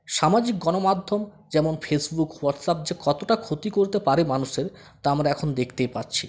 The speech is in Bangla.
সামাজিক গণমাধ্যম যেমন ফেসবুক হোয়াটসআপ যে কতটা ক্ষতি করতে পারে মানুষের তা আমরা এখন দেখতেই পারছি